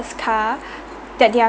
car that their